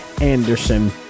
Anderson